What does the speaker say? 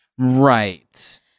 Right